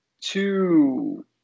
two